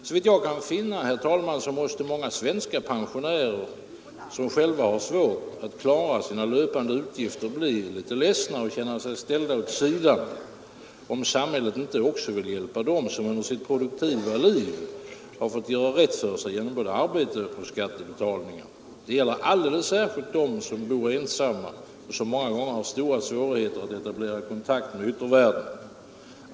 Såvitt jag kan finna, herr talman, måste många svenska pensionärer, som själva har svårt att klara sina löpande utgifter, bli litet ledsna och känna sig ställda åt sidan, om samhället inte också vill hjälpa dem, som under sitt produktiva liv har fått göra rätt för sig både genom arbete och skattebetalningar. Detta gäller alldeles särskilt dem som bor ensamma och som många gånger har stora svårigheter att etablera kontakt med yttervärlden.